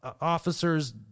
officer's